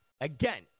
Again